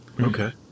Okay